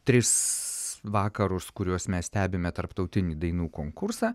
tris vakarus kuriuos mes stebime tarptautinį dainų konkursą